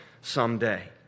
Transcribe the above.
someday